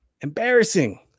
Embarrassing